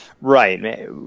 Right